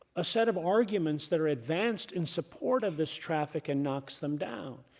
a set of arguments that are advanced in support of this traffic and knocks them down.